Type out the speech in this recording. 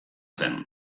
zen